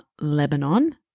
Lebanon